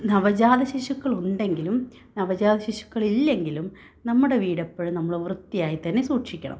നവജാത ശിശുക്കൾ ഉണ്ടെങ്കിലും നവജാത ശിശുക്കൾ ഇല്ലെങ്കിലും നമ്മുടെ വീടെപ്പോഴും നമ്മൾ വൃത്തിയായി തന്നെ സൂക്ഷിക്കണം